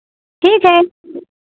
ठीक है